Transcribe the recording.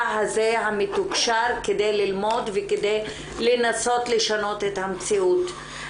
הזה המתוקשר כדי ללמוד וכדי לנסות לשנות את המציאות.